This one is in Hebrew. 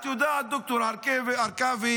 את יודעת, ד"ר הרכבי,